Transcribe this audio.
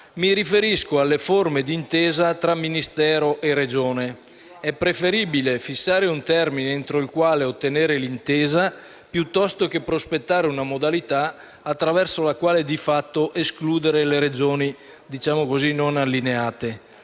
Mi riferisco alle forme di intesa tra Ministero e Regione. È preferibile fissare un termine entro il quale ottenere l'intesa, piuttosto che prospettare una modalità attraverso la quale, di fatto, escludere le Regioni non allineate